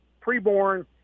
pre-born